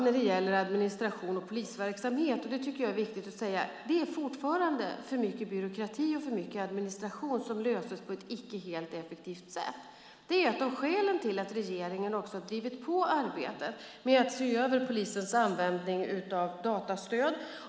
När det gäller administration och polisverksamhet är det viktigt att säga att det fortfarande är för mycket byråkrati och för mycket administration som löses på ett icke helt effektivt sätt. Det är ett av skälen till att regeringen har drivit på arbetet med att se över polisens användning av datastöd.